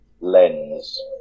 lens